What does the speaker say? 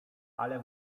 ale